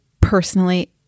personally